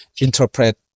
interpret